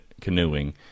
canoeing